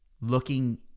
looking